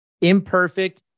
imperfect